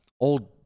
old